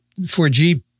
4G